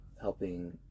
helping